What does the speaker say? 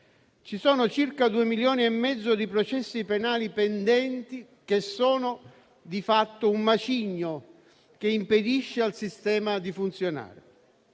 Ci sono circa due milioni e mezzo di processi penali pendenti che sono di fatto un macigno che impedisce al sistema di funzionare.